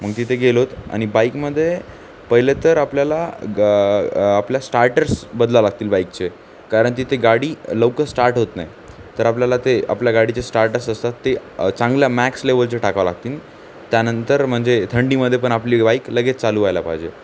मग तिथे गेलोत आणि बाईकमध्ये पहिले तर आपल्याला ग आपल्या स्टार्टर्स बदलावे लागतील बाईकचे कारण तिथे गाडी लवकर स्टार्ट होत नाही तर आपल्याला ते आपल्या गाडीचे स्टार्टर्स असतात ते चांगल्या मॅक्स लेवलचे टाकावे लागतीन त्यानंतर म्हणजे थंडीमध्ये पण आपली बाईक लगेच चालू व्हायला पाहिजे